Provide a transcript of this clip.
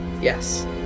Yes